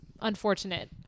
unfortunate